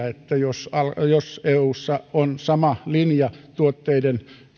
että jos eussa on sama linja tuotteiden